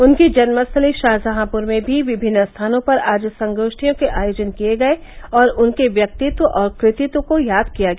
उनकी जन्मस्थली षाहजहांप्र में भी विभिन्न स्थानों पर आज संगोश्ठियों के आयोजन किये गये और उनके व्यक्तित्व और कृतित्व को याद किया गया